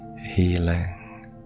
healing